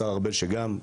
השר ארבל שגם,